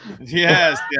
Yes